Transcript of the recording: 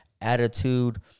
attitude